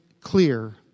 clear